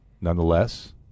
Nonetheless